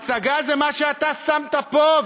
הצגה, זה מה שאתה שמת פה.